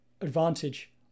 advantage